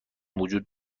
وجود